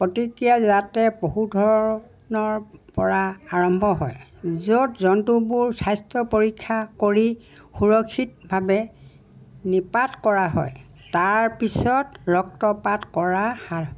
প্ৰতিক্ৰিয়া যাতে পশু ধৰণৰ পৰা আৰম্ভ হয় য'ত জন্তুবোৰ স্বাস্থ্য পৰীক্ষা কৰি সুৰক্ষিতভাৱে নিপাত কৰা হয় তাৰপিছত ৰক্তপাত কৰা